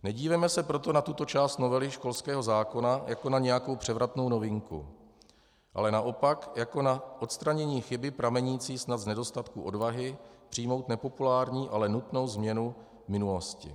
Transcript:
Nedívejme se proto na tuto část novely školského zákona jako na nějakou převratnou novinku, ale naopak jako na odstranění chyby pramenící snad z nedostatku odvahy přijmout nepopulární, ale nutnou změnu minulosti.